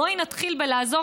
בואי נתחיל בלעזור,